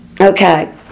okay